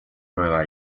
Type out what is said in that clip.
nueva